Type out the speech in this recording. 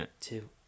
Two